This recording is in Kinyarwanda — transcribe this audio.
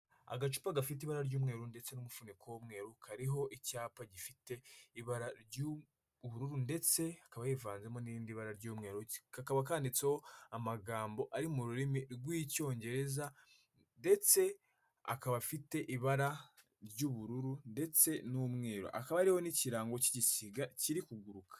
Agacupa gafite ibara ry'umweru ndetse n'umufuniko w'umweru kariho icyapa gifite ibara ry'ubururu, ndetse kakaba yivanzemo n'indi bara ry'umweru kakaba kanditseho amagambo ari mu rurimi rw'Icyongereza, ndetse akaba afite ibara ry'ubururu ndetse n'umweru hakaba hariho n'ikirango k'igisiga kiri kuguruka.